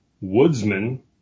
Woodsman